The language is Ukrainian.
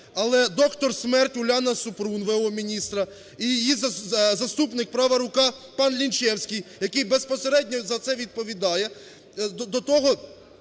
але "Доктор смерть" Уляна Супрун (в.о.міністра) і її заступник, права рука пан Лінчевський, який безпосередньо за це відповідає,